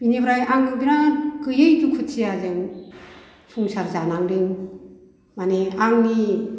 बिनिफ्राय आङो बिराद गैयै दुखुथियाजों संसार जानांदों माने आंनि